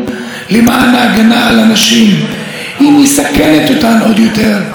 רפורמת הנשק של ארדן תעמיד עוד נשים בסכנה קיומית.